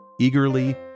eagerly